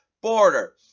border